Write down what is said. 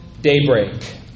daybreak